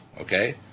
okay